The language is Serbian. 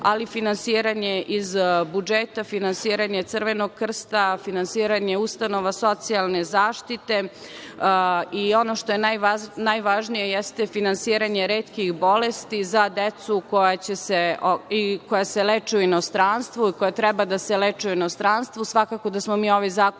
ali finansiranje iz budžeta, finansiranje Crvenog krsta, finansiranje ustanova socijalne zaštite i ono što je najvažnije jeste finansiranje retkih bolesti za decu koja se leče u inostranstvu i koja treba da se leče u inostranstvu. Svakako da smo mi ovaj zakon